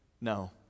No